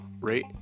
rate